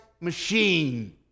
machine